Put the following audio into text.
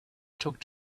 took